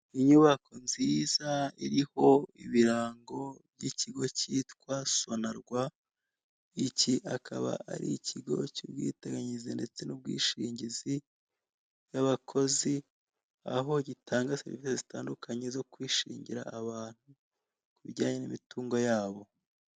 Inyubako nziza iriho ibirango by'ikigo cyitwa sonarwa. Iki akaba ari ikigo cy'ubwiteganyirize ndetse n'ubwishingizi bw'abakozi, aho gitanga serivise zitandukanye zo kwishingira abantu bijyanye n'imitungo yabo.